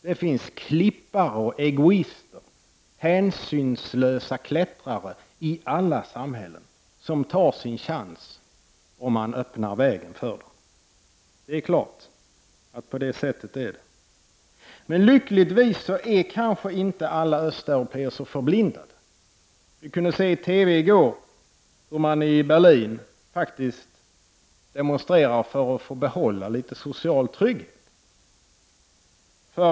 Det finns klippare och egoister, hänsynslösa klättrare i alla samhällen som tar sin chans om man öppnar vägen för dem. Det är klart att det är på det sättet. Men lyckligtvis är kanske inte alla östeuropéer så förblindade. Vi kunde se i TV i går hur man i Berlin demonstrerade för att få behålla litet social trygghet.